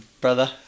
brother